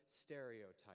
stereotype